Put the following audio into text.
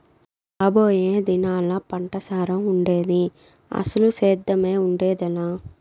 రాబోయే దినాల్లా పంటసారం ఉండేది, అసలు సేద్దెమే ఉండేదెలా